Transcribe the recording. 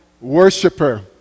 worshiper